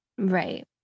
Right